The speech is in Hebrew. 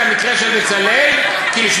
להגיע לכאן ולנצל את המקרה של "בצלאל" תדבר,